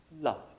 love